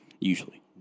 usually